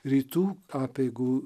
rytų apeigų